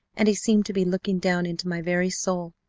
and he seemed to be looking down into my very soul.